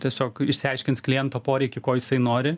tiesiog išsiaiškins kliento poreikį ko jisai nori